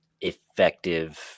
effective